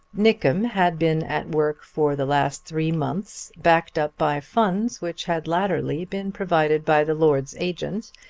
nickem had been at work for the last three months, backed up by funds which had latterly been provided by the lord's agent,